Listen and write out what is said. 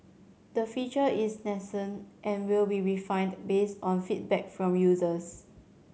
the feature is nascent and will be refined based on feedback from users